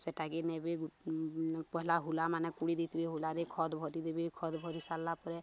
ସେଟାକି ନେବେ ପହିଲା ହୁଲା ମାନେ କୁଡ଼ି ଦେଇଥିବେ ହୁଲାରେ ଖଦ ଭରିଦେବେ ଖଦ ଭରି ସାରିଲା ପରେ